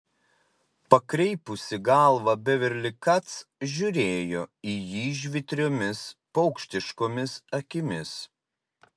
pakreipusi galvą beverli kac žiūrėjo į jį žvitriomis paukštiškomis akimis